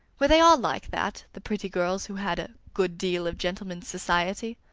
were they all like that, the pretty girls who had a good deal of gentlemen's society?